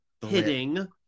hitting